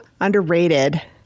underrated